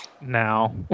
now